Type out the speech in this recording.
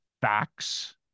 facts